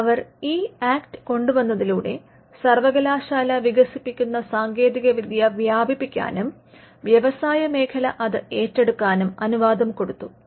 അതിനാൽ അവർ ഈ ആക്ട് കൊണ്ടുവന്നതിലൂടെ സർവകലാശാല വികസിപ്പിക്കുന്ന സാങ്കേതികവിദ്യ വ്യാപിപ്പിക്കാനും വ്യവസായമേഖല അത് ഏറ്റെടുക്കാനും അനുവാദം കൊടുത്തു